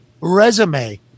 resume